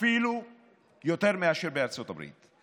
אפילו יותר מאשר בארצות הברית.